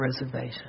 reservation